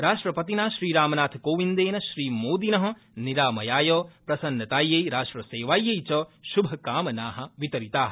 राष्ट्रपतिना श्रीरामनाथकोविन्देन श्रीमोदिन निरामयाय प्रसन्नतायै राष्ट्रसेवायै च श्भकामना वितरिता